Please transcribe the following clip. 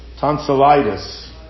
tonsillitis